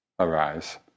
Arise